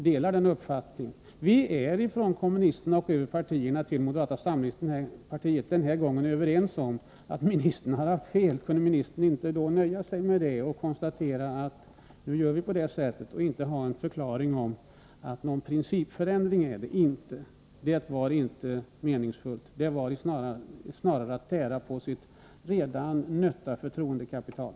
Alla partier från kommunisterna till moderata samlingspartiet är denna gång överens om att ministern har haft fel. Kunde ministern då inte nöja sig med detta och konstatera att vi gör som partierna vill i stället för att förklara att det inte är någon principiell ändring. Det är inte meningsfullt av jordbruksministern att handla så. Det är snarare att tära på sitt redan nötta förtroendekapital.